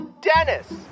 Dennis